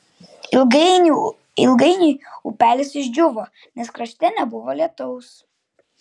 ilgainiui upelis išdžiūvo nes krašte nebuvo lietaus